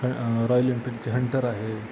raw Royal एनफिल्डची Hunter आहे